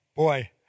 Boy